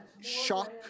shock